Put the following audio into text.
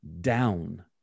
down